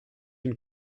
une